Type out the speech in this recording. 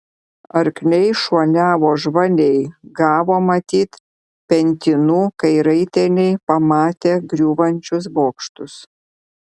arkliai šuoliavo žvaliai gavo matyt pentinų kai raiteliai pamatė griūvančius bokštus